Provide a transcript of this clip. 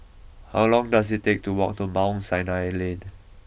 how long does it take to walk to Mount Sinai Lane